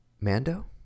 Mando